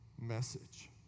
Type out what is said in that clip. Message